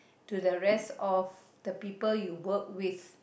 to the rest of the people you work with